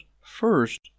First